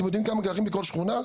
אתם יודעים כמה גרים בכל שכונה?